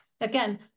again